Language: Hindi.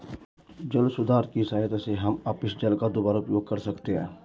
जल सुधार की सहायता से हम अपशिष्ट जल का दुबारा उपयोग कर सकते हैं